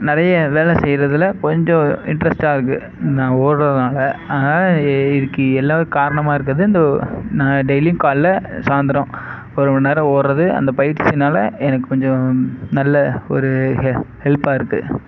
நிறைய வேலை செய்றதில் கொஞ்சம் இன்ட்ரெஸ்டாக இருக்குது நான் ஓடுறதுனால அதனால் இதுக்கு எல்லா காரணமாக இருந்தது இந்த நான் டெய்லியும் காலைல சாயந்தரம் ஒரு ஒன் ஹார் ஓடுறது அந்த பயிற்சினால் எனக்கு கொஞ்சம் நல்ல ஒரு ஹெ ஹெல்ப்பாக இருக்குது